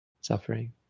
suffering